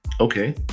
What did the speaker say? okay